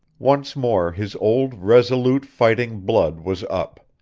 once more his old, resolute fighting blood was up.